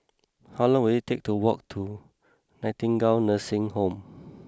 how long will it take to walk to Nightingale Nursing Home